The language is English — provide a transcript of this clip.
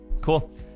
cool